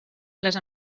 les